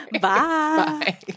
Bye